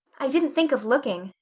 i didn't think of looking,